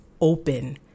open